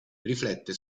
riflette